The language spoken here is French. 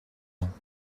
ans